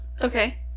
Okay